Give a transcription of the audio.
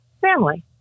family